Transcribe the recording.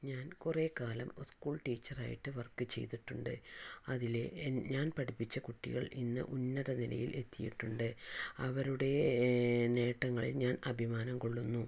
ഞാൻ കുറേകാലം school teacher ആയിട്ട് വർക്ക് ചെയ്തിട്ടുണ്ട് അതിൽ ഞാൻ പഠിപ്പിച്ച കുട്ടികൾ ഇന്ന് ഉന്നതനിലയിൽ എത്തിയിട്ടുണ്ട് അവരുടെ നേട്ടങ്ങളിൽ ഞാൻ അഭിമാനം കൊള്ളുന്നു